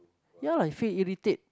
ya like I feel irritate